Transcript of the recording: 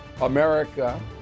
America